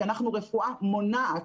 כי אנחנו רפואה מונעת.